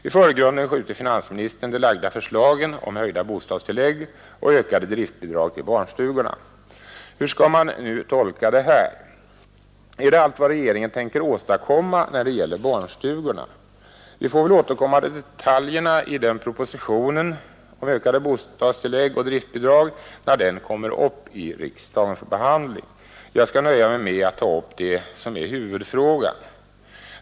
I förgrunden skjuter finansministern de lagda förslagen om höjda bostadstillägg och ökade driftbidrag till barnstugorna. Hur skall man tolka det här? Är det allt vad regeringen tänker åstadkomma när det gäller barnstugorna? Vi får väl återkomma till detaljerna i propositionen om ökade bostadstillägg och driftbidrag när propositionen kommer upp till behandling i riksdagen. Jag skall nöja mig med att ta upp huvudfrågan.